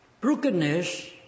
Brokenness